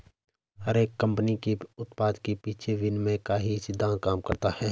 हर एक कम्पनी के उत्पाद के पीछे विनिमय का ही सिद्धान्त काम करता है